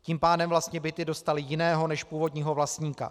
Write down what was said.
Tím pádem vlastně byty dostaly jiného než původního vlastníka.